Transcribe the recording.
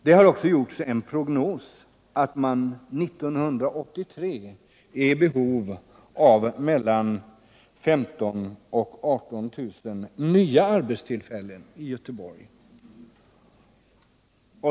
Det har också gjorts en prognos som visar att man 1983 är i behov av mellan 15 000 och 18000 nya arbetstillfällen i Göteborg.